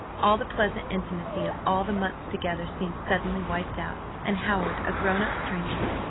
all the pleasant intimacy of all the months together seemed suddenly wiped out, and howard a grown-up stranger.